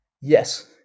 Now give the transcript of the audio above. Yes